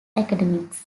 academics